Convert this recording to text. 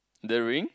the ring